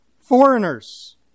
foreigners